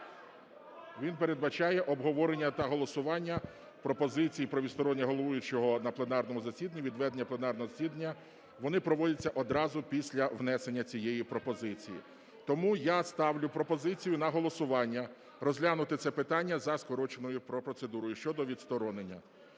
Він передбачає обговорення та голосування пропозицій про відсторонення головуючого на пленарному засіданні від ведення пленарного засідання. Вони проводяться одразу після внесення цієї пропозиції. Тому я ставлю пропозицію на голосування: розглянути це питання за скороченою процедурою – щодо відсторонення.